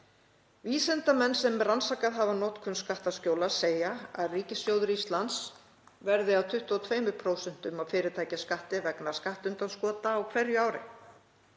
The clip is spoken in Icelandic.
Vísindamenn sem rannsakað hafa notkun skattaskjóla segja að ríkissjóður Íslands verði af 22% af fyrirtækjaskatti vegna skattundanskota á hverju ári.